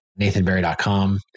NathanBerry.com